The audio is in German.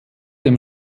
dem